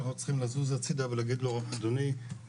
אנחנו צריכים לזוז הצדה ולהגיד לו: אדוני,